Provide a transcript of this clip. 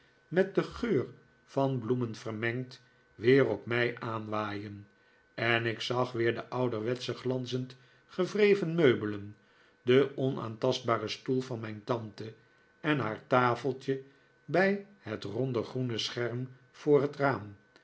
met den geur van bloemen vermengd weer op mij aanwaaien en ik zag weer de ouderwetsche glanzend gewreven meubelen den onaantastbaren stoel van mijn tante en haar tafeltje bij het ronde groene scherm voor het raam